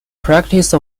practice